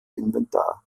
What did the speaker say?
inventar